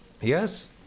Yes